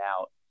out